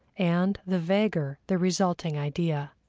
and the vaguer the resulting idea.